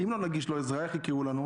אם לא נגיש לו עזרה, איך יקראו לנו?